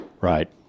Right